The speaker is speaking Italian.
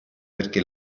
perché